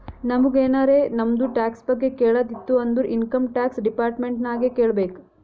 ನಮುಗ್ ಎನಾರೇ ನಮ್ದು ಟ್ಯಾಕ್ಸ್ ಬಗ್ಗೆ ಕೇಳದ್ ಇತ್ತು ಅಂದುರ್ ಇನ್ಕಮ್ ಟ್ಯಾಕ್ಸ್ ಡಿಪಾರ್ಟ್ಮೆಂಟ್ ನಾಗೆ ಕೇಳ್ಬೇಕ್